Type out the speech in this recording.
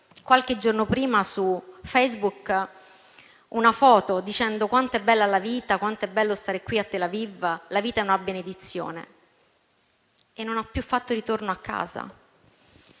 qualche giorno prima su Facebook una foto, dicendo "quanto è bella la vita, quanto è bello stare qui a Tel Aviv, la vita è una benedizione". E non ha più fatto ritorno a casa.